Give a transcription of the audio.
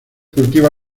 cultiva